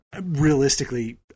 realistically